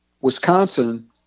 Wisconsin